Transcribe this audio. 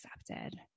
accepted